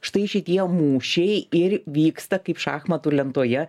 štai šitie mūšiai ir vyksta kaip šachmatų lentoje